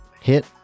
Hit